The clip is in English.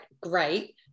great